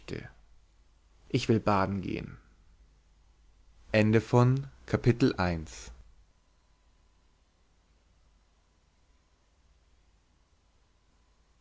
ich will baden gehen